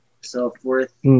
self-worth